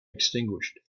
extinguished